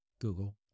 Google